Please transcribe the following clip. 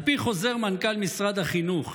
על פי חוזר מנכ"ל משרד החינוך,